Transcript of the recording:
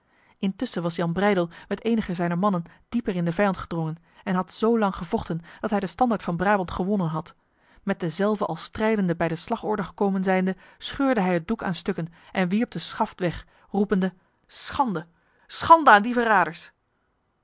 intussen was jan breydel met enige zijner mannen dieper in de vijand gedrongen en had zo lang gevochten dat hij de standaard van brabant gewonnen had met dezelve al strijdende bij de slagorde gekomen zijnde scheurde hij het doek aan stukken en wierp de schaft weg roepende schande schande aan